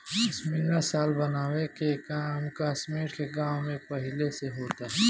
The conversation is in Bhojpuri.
पश्मीना शाल बनावे के काम कश्मीर के गाँव में पहिले से होता